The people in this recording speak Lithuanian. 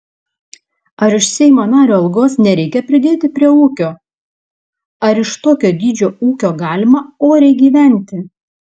ar iš seimo nario algos nereikia pridėti prie ūkio ar iš tokio dydžio ūkio galima oriai gyventi